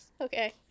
Okay